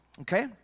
Okay